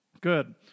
Good